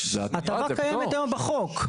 ההטבה קיימת היום בחוק.